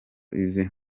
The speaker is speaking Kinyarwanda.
izi